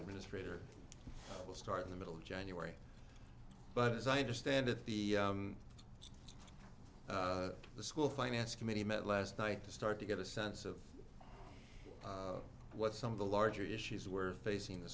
administrator will start in the middle of january but as i understand it the the school finance committee met last night to start to get a sense of what some of the larger issues were facing the